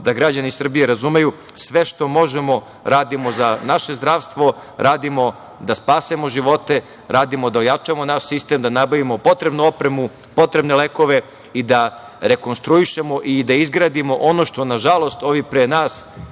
da građani Srbije razumeju. Sve što možemo radimo za naše zdravstvo, radimo da spasemo živote, radimo da ojačamo naš sistem, da nabavimo potrebnu opremu, potrebne lekove i da rekonstruišemo i da izgradimo ono što nažalost ovi pre nas